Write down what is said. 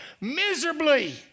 miserably